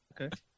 okay